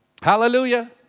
hallelujah